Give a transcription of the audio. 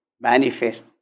manifest